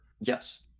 Yes